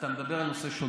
אתה מדבר על נושא שונה,